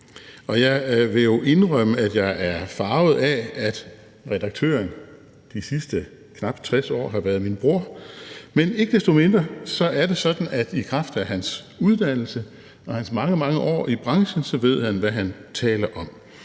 jeg vil jo indrømme, at jeg er farvet af, at redaktøren de sidste knap 60 år har været min bror, men ikke desto mindre er det sådan, at i kraft af hans uddannelse og hans mange, mange år i branchen ved han, hvad han taler om.